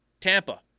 Tampa